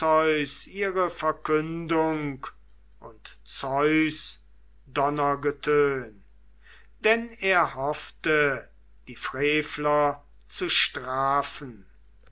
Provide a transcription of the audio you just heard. ihre verkündung und zeus donnergetön denn er hoffte die frevler zu strafen